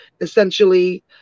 essentially